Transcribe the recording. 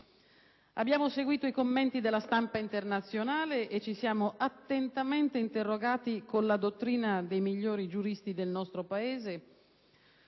Abbiamo seguito i commenti della stampa internazionale e ci siamo attentamente interrogati, con la dottrina dei migliori giuristi del nostro Paese,